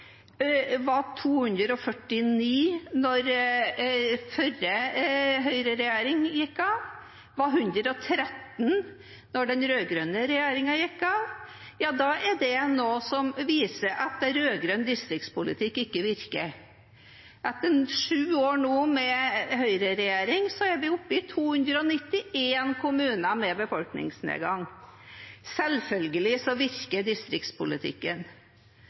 var 249 da forrige høyreregjering gikk av og 113 da den rød-grønne regjeringen gikk av, er det noe som viser at rød-grønn distriktspolitikk ikke virker? Etter sju år nå med høyreregjering, er vi oppe i 291 kommuner med befolkningsnedgang. Selvfølgelig virker distriktspolitikken.